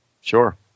Sure